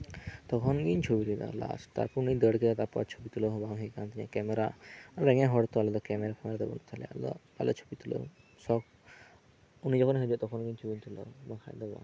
ᱛᱚᱠᱷᱚᱱ ᱜᱤᱧ ᱪᱷᱚᱵᱤᱞᱮᱫᱟ ᱞᱟᱥ ᱛᱟᱨᱯᱚᱨ ᱩᱱᱤᱭ ᱫᱟᱹᱲᱠᱮᱫᱟ ᱛᱟᱨᱯᱚᱨ ᱟᱨ ᱪᱷᱚᱵᱤ ᱛᱩᱞᱟᱹᱣ ᱦᱚᱸ ᱵᱟᱝ ᱦᱩᱭ ᱟᱠᱟᱱ ᱛᱤᱧᱟᱹ ᱠᱮᱢᱮᱨᱟ ᱨᱮᱸᱜᱮᱡ ᱦᱚᱲ ᱛᱚ ᱟᱞᱮᱫᱚ ᱟᱞᱮᱫᱚ ᱠᱮᱢᱮᱨᱟ ᱯᱷᱮᱢᱮᱨᱟ ᱫᱚ ᱵᱟᱹᱱᱩᱜ ᱛᱟᱞᱮᱭᱟ ᱟᱞᱮᱫᱚ ᱪᱷᱚᱵᱤ ᱛᱩᱞᱟᱹᱣ ᱥᱚᱠ ᱩᱱᱤ ᱡᱚᱠᱷᱚᱱᱮ ᱦᱤᱡᱩᱜᱼᱟ ᱛᱚᱠᱷᱚᱱ ᱜᱮ ᱤᱧ ᱪᱷᱚᱵᱤᱧ ᱛᱩᱞᱟᱹᱣᱟ ᱵᱟᱝ ᱠᱷᱟᱱ ᱫᱚ ᱵᱟᱝ